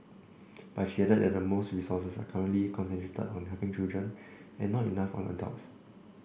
but she added that most resources are currently concentrated on helping children and not enough on adults